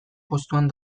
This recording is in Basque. postuan